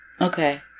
Okay